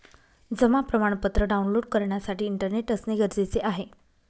जमा प्रमाणपत्र डाऊनलोड करण्यासाठी इंटरनेट असणे गरजेचे आहे